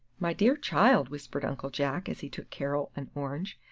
my dear child, whispered uncle jack, as he took carol an orange,